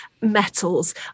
metals